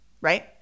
right